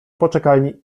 poczekalni